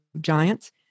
Giants